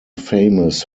famous